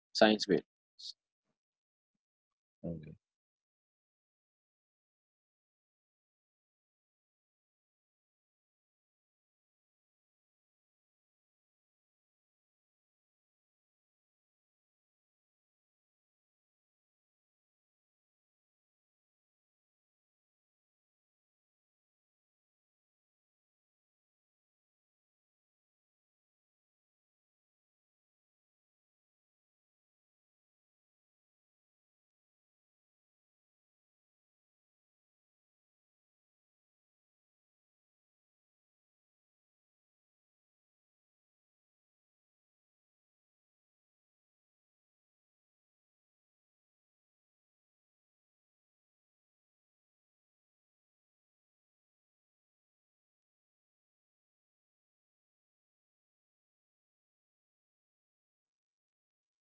science grades